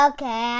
Okay